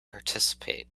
participate